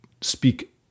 speak